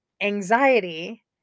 Anxiety